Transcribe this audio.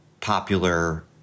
popular